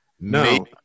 no